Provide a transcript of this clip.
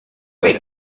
wait